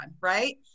right